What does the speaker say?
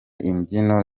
imbyino